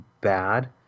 bad